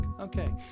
Okay